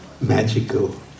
magical